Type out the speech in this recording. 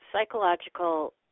psychological